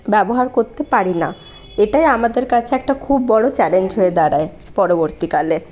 ব্যবহার করতে পারিনা এটাই আমাদের কাছে একটা খুব বড়ো চ্যালেঞ্জ হয়ে দাঁড়ায় পরবর্তীকালে